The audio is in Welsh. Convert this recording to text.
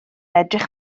edrych